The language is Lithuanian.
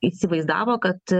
įsivaizdavo kad